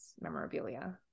memorabilia